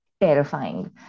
terrifying